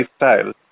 lifestyle